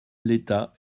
l’état